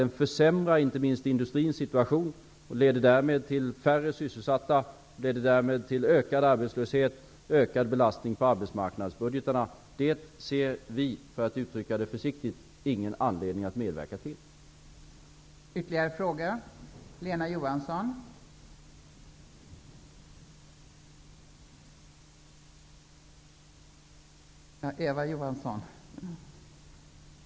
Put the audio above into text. Den försämrar inte minst industrins situation och leder därmed till färre sysselsatta och därmed till ökad arbetslöshet samt ökad belastning på arbetsmarknadsbudgetarna. Försiktigt uttryckt har vi ingen anledning att medverka till detta.